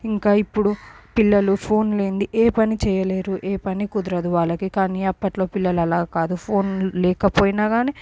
ఇంకా ఇప్పుడు పిల్లలు ఫోన్ లేనిది ఏ పని చేయలేరు ఏ పని కుదరదు వాళ్ళకి కానీ అని అప్పట్లో పిల్లలు అలా కాదు ఫోన్ లేకపోయినా కానీ